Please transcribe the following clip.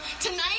Tonight